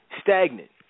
stagnant